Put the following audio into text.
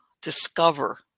discover